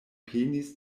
penis